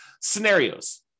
scenarios